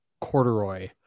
corduroy